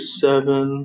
seven